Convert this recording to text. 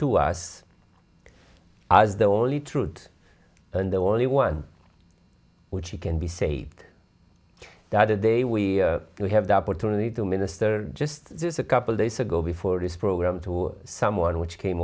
to us as the only truth and the only one which we can be saved the other day we have the opportunity to minister just a couple days ago before this program to someone which came